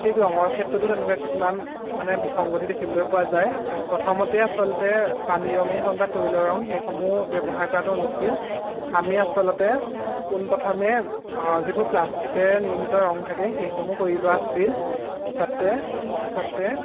ঠিক ৰঙৰ ক্ষেত্ৰতো তেনেকুৱা কিছুমান মানে বিসংগতি দেখিবলৈ পোৱা যায় প্ৰথমতেই আচলতে পানী ৰঙেই হওক বা তৈল ৰং সেইসমূহ ব্যৱহাৰ কৰাতো অনুচিত আমি আচলতে পোনপ্ৰথমে যিবোৰ প্লাষ্টিকেৰে নিৰ্মিত ৰং থাকে সেইসমূহ কৰি লোৱা উচিত যাতে যাতে